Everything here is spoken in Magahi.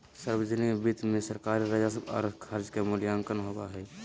सावर्जनिक वित्त मे सरकारी राजस्व और खर्च के मूल्यांकन होवो हय